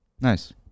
Nice